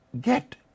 get